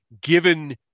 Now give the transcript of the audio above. given